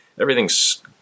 everything's